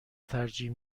ترجیح